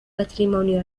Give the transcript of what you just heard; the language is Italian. patrimonio